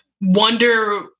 wonder